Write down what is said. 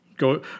go